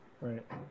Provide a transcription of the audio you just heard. Right